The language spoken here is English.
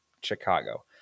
chicago